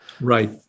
right